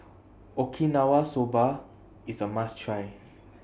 Okinawa Soba IS A must Try